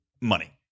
money